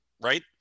right